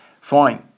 fine